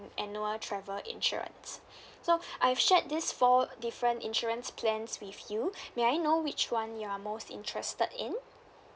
annual travel insurance so I've shared this four different insurance plans with you may I know which [one] you're most interested in